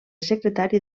secretari